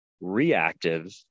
reactive